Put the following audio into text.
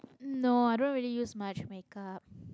no I don't really use much make up